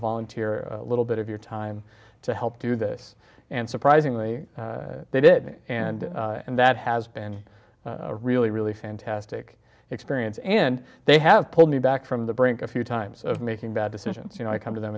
volunteer little bit of your time to help do this and surprisingly they did and that has been really really fantastic experience and they have pulled me back from the brink a few times of making bad decisions you know i come to them